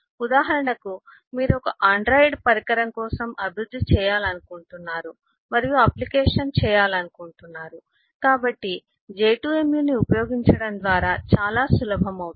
ఉదాహరణకు మీరు ఒక ఆండ్రాయిడ్ పరికరం కోసం అభివృద్ధి చేయాలనుకుంటున్నారు మరియు అప్లికేషన్ చేయాలనుకుంటున్నారు కాబట్టి j2me ని ఉపయోగించడం ద్వారా చాలా సులభం అవుతుంది